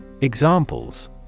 Examples